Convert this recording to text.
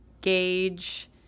gauge